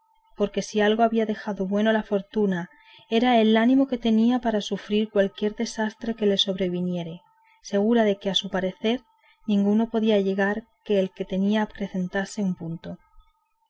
porque si algo le había dejado bueno la fortuna era el ánimo que tenía para sufrir cualquier desastre que le sobreviniese segura de que a su parecer ninguno podía llegar que el que tenía acrecentase un punto